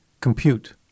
compute